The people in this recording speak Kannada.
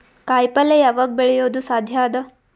ಕಾಯಿಪಲ್ಯ ಯಾವಗ್ ಬೆಳಿಯೋದು ಸಾಧ್ಯ ಅದ?